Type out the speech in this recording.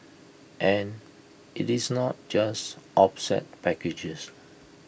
and IT is not just offset packages